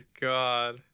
God